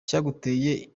cyaguteye